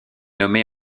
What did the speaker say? nommée